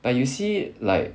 but you see like